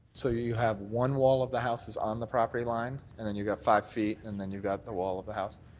so you have one wall of the house on the property line and then you got five feet and then you got the wall of the house.